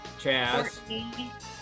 Chaz